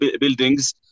buildings